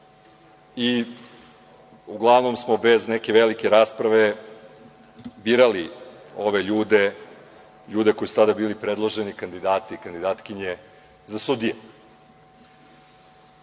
i uglavnom smo bez neke velike rasprave birali ove ljude, ljude koji su tada bili predloženi kandidati i kandidatkinje za